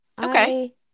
Okay